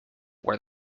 where